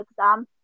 exam